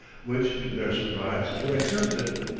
which, to their surprise, were accepted,